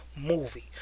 movie